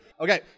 Okay